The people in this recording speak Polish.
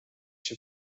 się